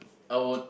I would